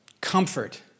comfort